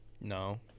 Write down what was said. No